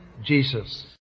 Jesus